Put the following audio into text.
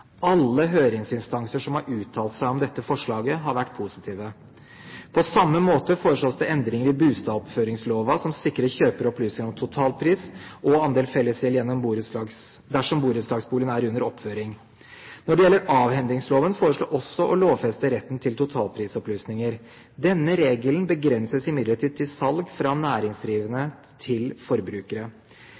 Alle høringsinstanser som har uttalt seg om dette forslaget, har vært positive. På samme måte foreslås det endringer i bustadoppføringslova, som sikrer kjøper opplysninger om totalpris og andel fellesgjeld dersom borettslagsboligen er under oppføring. Når det gjelder avhendingslova, foreslås det også å lovfeste retten til totalprisopplysninger. Denne regelen begrenses imidlertid til salg fra næringsdrivende til forbrukere.